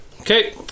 Okay